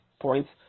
Points